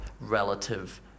relative